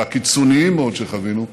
הקיצוניים מאוד שחווינו,